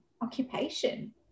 occupation